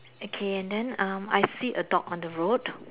okay and then um I see a dog on the road